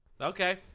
Okay